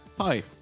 hi